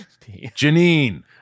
Janine